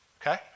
Okay